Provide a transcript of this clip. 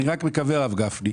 אני רק מקווה, הרב גפני,